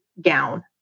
gown